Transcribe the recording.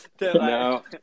No